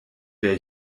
wer